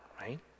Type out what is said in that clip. right